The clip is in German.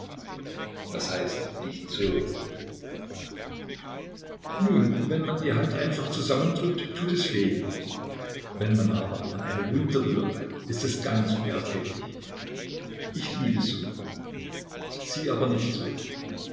was heißt nicht so nun wenn man die hand einfach zusammendrückt tut es weh wenn man aber an eine wunde rührt ist es ganz unerträglich ich liebe so sie aber nicht so